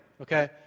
okay